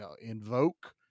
invoke